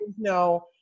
no